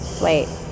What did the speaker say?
Wait